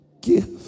give